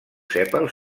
sèpals